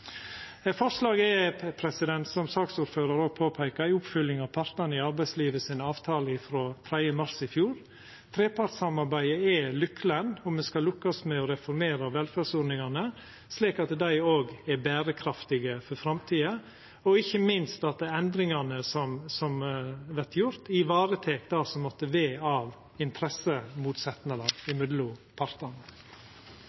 er, som saksordføraren òg peika på, ei oppfylling av avtalen mellom partane i arbeidslivet frå 3. mars i fjor. Trepartssamarbeidet er nykelen om me skal lukkast med å reformera velferdsordningane slik at dei òg er berekraftige for framtida, og ikkje minst at endringane som vert gjorde, varetek det som måtte vera av interessemotsetnader mellom partane. Lovforslaget som behandles her i